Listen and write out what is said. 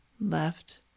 left